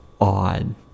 odd